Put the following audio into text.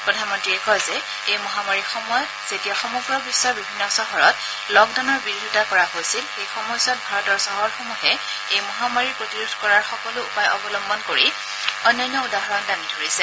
প্ৰধানমন্ত্ৰীয়ে কয় যে এই মহামাৰীৰ সময়ত যেতিয়া সমগ্ৰ বিশ্বৰ বিভিন্ন চহৰত লকডাউনৰ বিৰোধিতা কৰা হৈছিল সেই সময়ছোৱাত ভাৰতৰ চহৰসমূহে এই মহামাৰীৰ প্ৰতিৰোধ কৰাৰ সকলো উপায় অৱলম্বন কৰি অনন্য উদাহৰণ দাঙি ধৰিছে